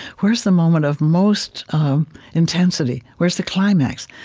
where is the moment of most intensity? where's the climax?